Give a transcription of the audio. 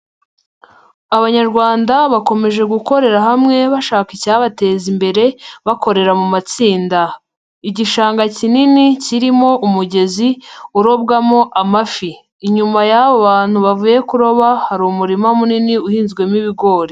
Abanyarwanda bakomeje gukorera hamwe bashaka icyabateza imbere bakorera mu matsinda. Igishanga kinini kirimo umugezi urobwamo amafi. Inyuma y'abo bantu bavuye kuroba hari umurima munini uhinzwemo ibigori.